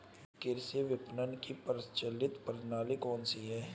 कृषि विपणन की प्रचलित प्रणाली कौन सी है?